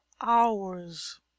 hours